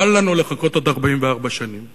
בל לנו לחכות עוד 44 שנים שנים.